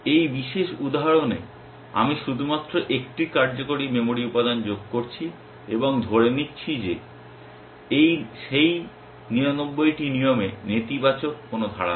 এই বিশেষ উদাহরণে আমি শুধুমাত্র 1টি কার্যকারী মেমরি উপাদান যোগ করছি এবং ধরে নিচ্ছি যে সেই 99টি নিয়মে নেতিবাচক ধারা নেই